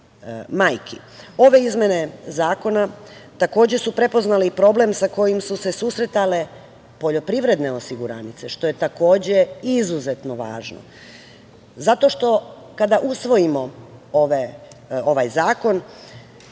izmene zakona takođe su prepoznale problem sa kojim su se susretale poljoprivredne osiguranice, što je takođe izuzetno važno. Kada usvojimo ovaj zakon